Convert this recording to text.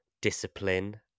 discipline